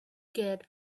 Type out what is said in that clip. get